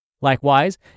Likewise